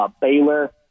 Baylor